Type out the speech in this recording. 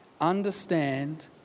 understand